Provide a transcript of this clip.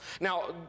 Now